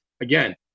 again